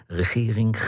regering